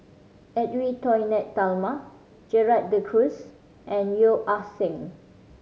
Edwy Lyonet Talma Gerald De Cruz and Yeo Ah Seng